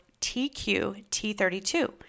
TQ-T32